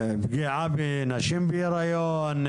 פגיעה בנשים בהיריון,